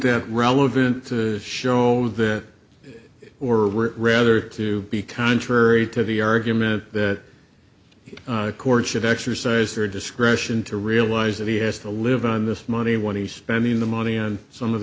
that relevant to show that or rather to be contrary to the argument that courts should exercise their discretion to realize that he has to live on this money when he's spending the money in some of